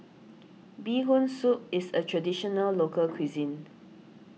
Bee Hoon Soup is a Traditional Local Cuisine